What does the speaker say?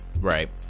right